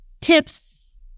tips